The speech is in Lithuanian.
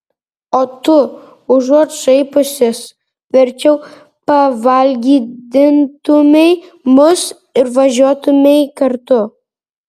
o tu užuot šaipiusis verčiau pavalgydintumei mus ir važiuotumei kartu